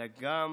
אלא גם